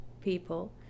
people